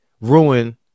ruin